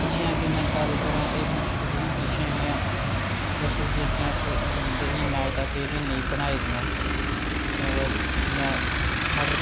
literary